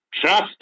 trust